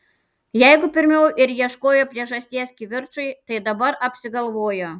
jeigu pirmiau ir ieškojo priežasties kivirčui tai dabar apsigalvojo